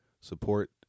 Support